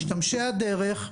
משתמשי הדרך,